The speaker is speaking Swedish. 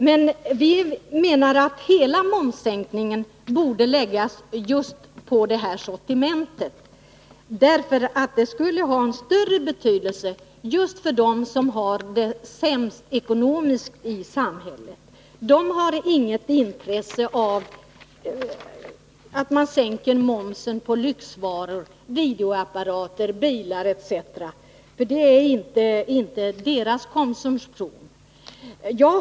Men vi menar att hela momssänkningen borde läggas på matpriserna. Det skulle ha större betydelse just för dem som har det ekonomiskt sämst ställt i samhället. De har inget intresse av att man sänker momsen på lyxvaror — videoapparater, bilar etc. — för det är inte deras konsumtion.